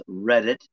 Reddit